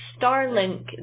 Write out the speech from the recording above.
Starlink